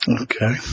Okay